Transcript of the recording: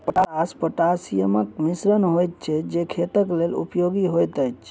potash पोटासियमक मिश्रण होइत छै जे खेतक लेल उपयोगी होइत अछि